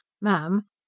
Ma'am